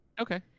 Okay